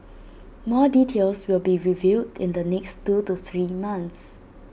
more details will be revealed in the next two to three months